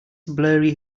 blurry